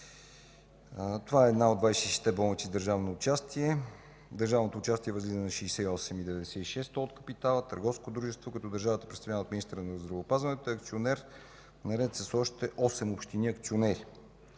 Това е една от 26-те болници с държавно участие. Държавното участие възлиза на 68,96 на сто от капитала – търговско дружество, като държавата, представлявана от министъра на здравеопазването, е акционер наред с още осем общини акционери.